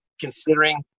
considering